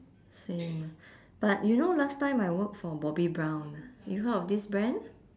same but you know last time I work for bobbi brown ah you heard of this brand